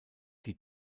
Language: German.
die